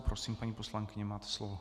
Prosím, paní poslankyně, máte slovo.